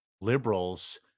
liberals